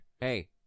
Hey